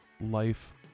Life